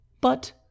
But